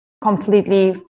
completely